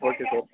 okay sir